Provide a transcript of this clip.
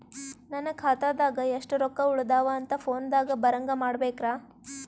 ನನ್ನ ಖಾತಾದಾಗ ಎಷ್ಟ ರೊಕ್ಕ ಉಳದಾವ ಅಂತ ಫೋನ ದಾಗ ಬರಂಗ ಮಾಡ ಬೇಕ್ರಾ?